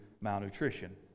malnutrition